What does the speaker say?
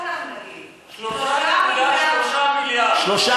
הוועדה העבירה 3.3 מיליארד שקל.